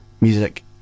music